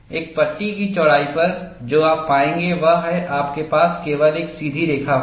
एक पट्टी की चौड़ाई पर जो आप पाएंगे वह है आपके पास केवल एक सीधी रेखा होगी